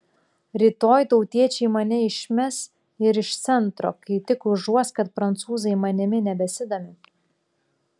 rytoj tautiečiai mane išmes ir iš centro kai tik užuos kad prancūzai manimi nebesidomi